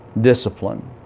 discipline